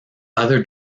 other